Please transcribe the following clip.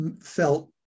felt